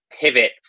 pivot